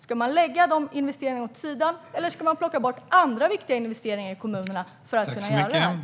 Ska investeringarna läggas åt sidan, eller ska man plocka bort andra viktiga investeringar i kommunerna för att kunna göra detta?